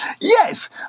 Yes